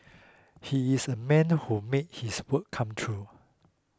he is a man who made his word come true